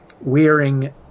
wearing